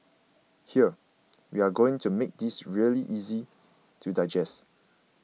here we are going to make this really easy to digest